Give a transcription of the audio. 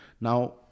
Now